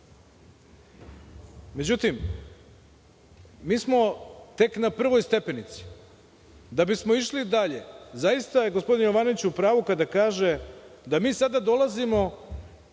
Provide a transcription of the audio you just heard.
januara.Međutim, mi smo tek na prvoj stepenici. Da bi smo išli dalje, zaista je gospodin Jovanović u pravu kada kaže da mi sada dolazimo,